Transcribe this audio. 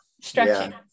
Stretching